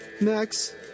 Max